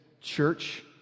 church